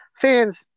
fans